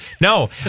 No